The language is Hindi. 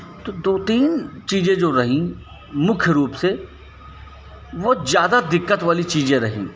तो दो तीन चीज़ें जो रहीं मुख्य रूप से वो ज़्यादा दिक्कत वाली चीज़ें रहीं